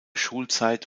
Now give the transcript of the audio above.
schulzeit